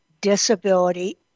disability